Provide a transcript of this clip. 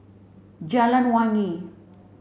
Jalan Wangi